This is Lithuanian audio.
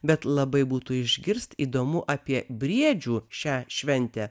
bet labai būtų išgirst įdomu apie briedžių šią šventę